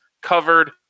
covered